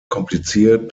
kompliziert